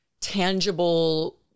tangible